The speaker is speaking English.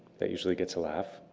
that usually gets a laugh,